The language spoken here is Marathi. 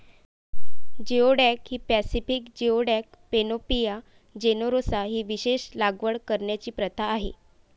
जिओडॅक ही पॅसिफिक जिओडॅक, पॅनोपिया जेनेरोसा ही विशेषत लागवड करण्याची प्रथा आहे